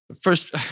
First